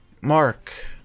Mark